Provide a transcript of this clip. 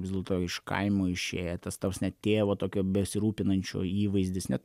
vis dėlto iš kaimo išėję tas ta prasme tėvo tokio besirūpinančio įvaizdis net